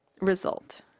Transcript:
result